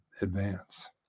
advance